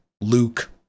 Luke